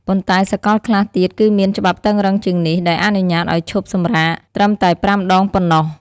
ប៉ុន្តែ សកលខ្លះទៀតគឺមានច្បាប់តឹងរឹងជាងនេះ ដោយអនុញ្ញាតអោយឈប់សម្រាកត្រឹមតែ ៥ ដង ប៉ុណ្ណោះ។